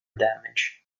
damage